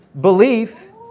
belief